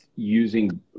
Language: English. using